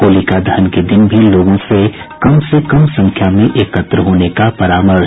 होलिका दहन के दिन भी लोगों से कम से कम संख्या में एकत्र होने का परामर्श